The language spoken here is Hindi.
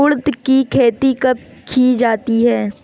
उड़द की खेती कब की जाती है?